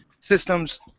systems